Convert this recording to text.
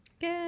Good